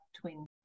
twin